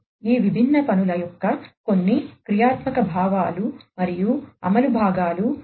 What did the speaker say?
ఈ విభిన్న పనుల యొక్క కొన్ని క్రియాత్మక భాగాలు మరియు అమలు భాగాలు ఉన్నాయి